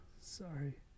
Sorry